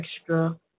extra